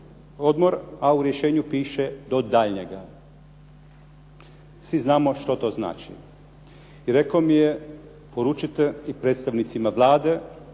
odmor a u rješenju piše do daljnjega. Svi znamo što to znači. I rekao mi je poručite i predstavnicima Vlade